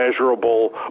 measurable